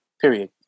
Period